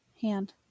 hand